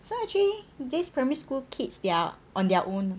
so actually this primary school kids they're on their own